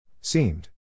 Seemed